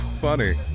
Funny